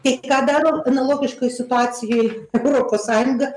tai ką darom analogiškoj situacijoj europos sąjunga